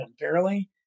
unfairly